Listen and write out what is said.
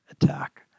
attack